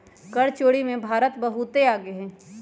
कर चोरी में भारत बहुत आगे हई